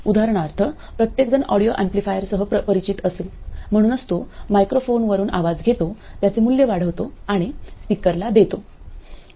उदाहरणार्थ प्रत्येकजण ऑडिओ एम्पलीफायरसह परिचित असेल म्हणूनच तो मायक्रोफोनवरून आवाज घेतो त्याचे मूल्य वाढवितो आणि स्पीकरला देतो